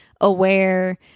aware